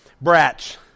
brats